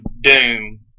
Doom